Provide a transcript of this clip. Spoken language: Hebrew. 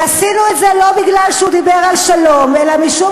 ועשינו את זה לא בגלל שהוא דיבר על שלום אלא משום